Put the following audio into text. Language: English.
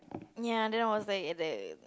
ya then I was like at the